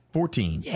Fourteen